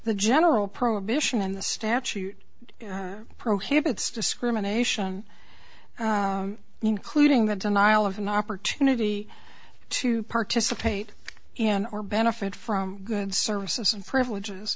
the general prohibition in the statute prohibits discrimination including the denial of an opportunity to participate in or benefit from good services and privileges